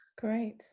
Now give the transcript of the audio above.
great